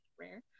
rare